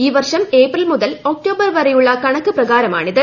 ഈ വർഷം ഏപ്രിൽ മുതൽ ഒക്ടോബർ വരെയുള്ള കണക്ക് പ്രകാരമാണിത്